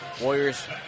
Warriors